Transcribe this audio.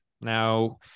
Now